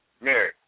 Mary